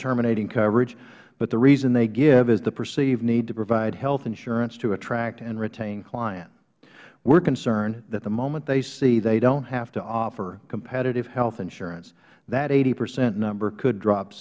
terminating coverage but the reason they give is the perceived need to provide health insurance to attract and retain clients we are concerned that the moment they see they don't have to offer competitive health insurance that eighty percent number could drop